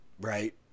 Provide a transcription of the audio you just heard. Right